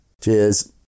Cheers